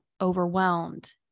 overwhelmed